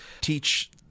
teach